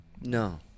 No